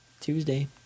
Tuesday